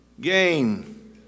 Gain